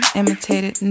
imitated